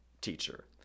teacher